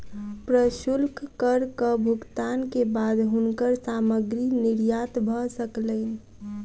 प्रशुल्क करक भुगतान के बाद हुनकर सामग्री निर्यात भ सकलैन